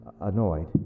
annoyed